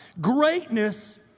greatness